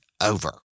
over